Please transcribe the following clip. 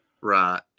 Right